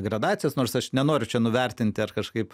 gradacijas nors aš nenoriu nuvertinti ar kažkaip